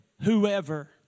whoever